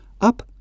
up